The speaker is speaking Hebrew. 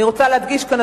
אני רוצה להדגיש כאן,